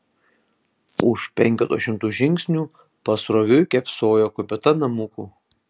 už penketo šimtų žingsnių pasroviui kėpsojo kupeta namukų